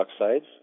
oxides